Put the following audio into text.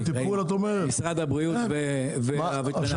משרד הבריאות והווטרינר.